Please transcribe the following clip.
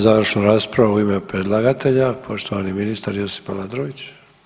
Završnu raspravu u ime predlagatelja poštovani ministar Josip Aladrović.